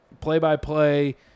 play-by-play